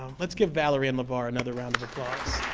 um let's give valerie and levar another round of applause.